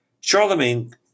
Charlemagne